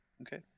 Okay